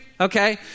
okay